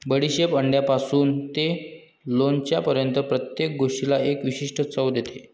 बडीशेप अंड्यापासून ते लोणच्यापर्यंत प्रत्येक गोष्टीला एक विशिष्ट चव देते